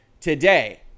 today